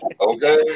Okay